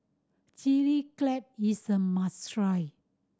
Chili Crab is a must try